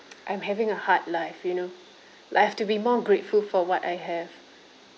I'm having a hard life you know like I have to be more grateful for what I have